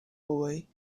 boy